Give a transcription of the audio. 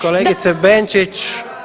Kolegice Benčić!